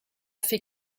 fait